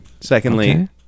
Secondly